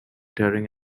tearing